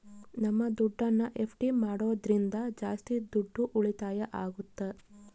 ನಮ್ ದುಡ್ಡನ್ನ ಎಫ್.ಡಿ ಮಾಡೋದ್ರಿಂದ ಜಾಸ್ತಿ ದುಡ್ಡು ಉಳಿತಾಯ ಆಗುತ್ತ